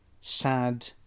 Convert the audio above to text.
sad